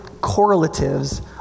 correlatives